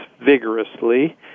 vigorously